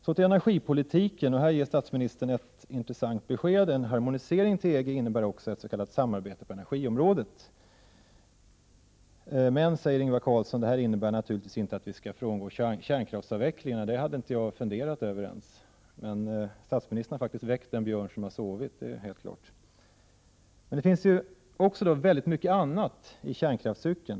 Så till energipolitiken. Här ger statsministern ett intressant besked: En harmonisering till EG innebär också ett s.k. samarbete på energiområdet. Men, säger Ingvar Carlsson, det här innebär naturligtvis inte att vi skall frångå kärnkraftsavvecklingen. Nej, det hade jag inte ens funderat över. Statsministern har — det är helt klart — faktiskt väckt den björn som sov. Men det finns också väldigt mycket annat i kärnkraftscykeln.